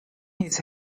his